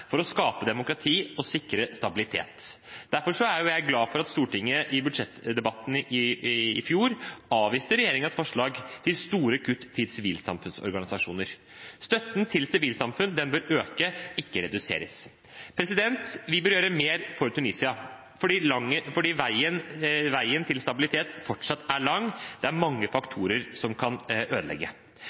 for å skape demokrati og sikre stabilitet. Derfor er jeg glad for at Stortinget i budsjettdebatten i fjor avviste regjeringens forslag om store kutt til sivilsamfunnsorganisasjoner. Støtten til sivilsamfunn bør øke, ikke reduseres. Vi bør gjøre mer for Tunisia fordi veien til stabilitet fortsatt er lang. Det er mange faktorer som kan ødelegge.